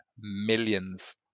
millions